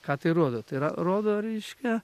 ką tai rodo tai yra rodo reiškia